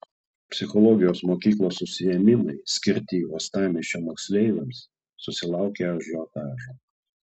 psichologijos mokyklos užsiėmimai skirti uostamiesčio moksleiviams susilaukė ažiotažo